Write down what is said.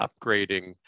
upgrading